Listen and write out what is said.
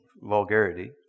vulgarity